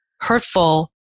hurtful